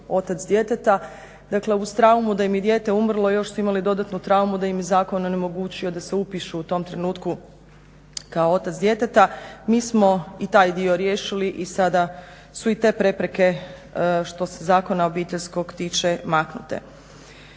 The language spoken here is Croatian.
otac djeteta. Dakle, uz traumu da im je dijete umrlo još su imali dodatnu traumu da im je zakon onemogućio da se upišu u tom trenutku kao otac djeteta. Mi smo i taj dio riješili i sada su i te prepreke, što se zakona obiteljskog tiče, maknute.